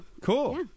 cool